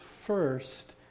first